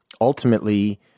ultimately